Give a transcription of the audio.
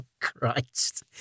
Christ